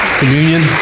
communion